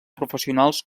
professionals